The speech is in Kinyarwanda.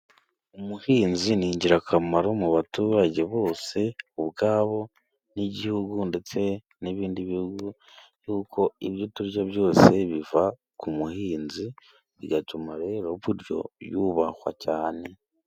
Umuhinzi ni ingirakamaro mu baturage bose ubwabo n'igihugu, ndetse n'ibindi bihugu, kuko ibyo turya byose biva ku muhinzi, bigatuma rero burya yubahwa cyane